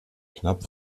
knapp